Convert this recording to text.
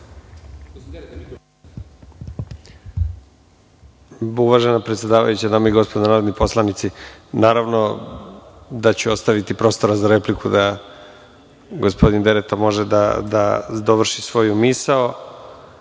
Uvažena predsedavajuća, dame i gospodo narodni poslanici, naravno da ću ostaviti prostora za repliku da gospodin Dereta može da završi svoju misao,